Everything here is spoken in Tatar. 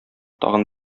тагын